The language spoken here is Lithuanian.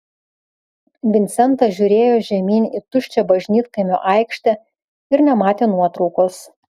vincentas žiūrėjo žemyn į tuščią bažnytkaimio aikštę ir nematė nuotraukos